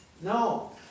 no